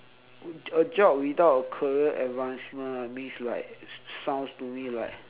a job without a career advancement means like sounds to me like